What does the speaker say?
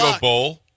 Bowl